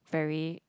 very